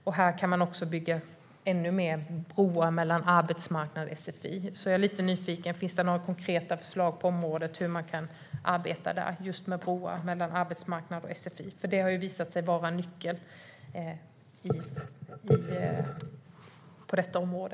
Man kan också bygga ännu fler broar mellan arbetsmarknad och sfi. Jag är lite nyfiken. Finns det några konkreta förslag på området för hur man kan arbeta med just broar mellan arbetsmarknad och sfi? Det har visat sig vara en nyckel på detta område.